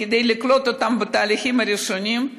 כדי לקלוט אותם בתהליכים הראשונים,